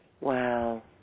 Wow